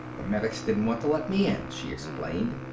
the medics didn't want to let me in, she explained.